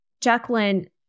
Jacqueline